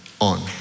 On